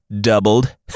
doubled